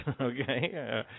Okay